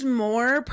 more